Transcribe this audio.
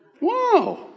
Wow